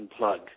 unplug